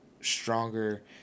stronger